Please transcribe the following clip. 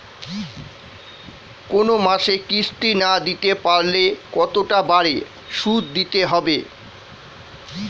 কোন মাসে কিস্তি না দিতে পারলে কতটা বাড়ে সুদ দিতে হবে?